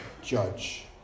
judge